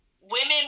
women